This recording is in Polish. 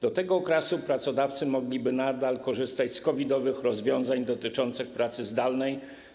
Do tego okresu pracodawcy mogliby nadal korzystać z COVID-owych rozwiązań dotyczących pracy zdalnej.